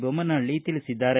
ಬೊಮ್ಮನಹಳ್ಳಿ ತಿಳಿಸಿದ್ದಾರೆ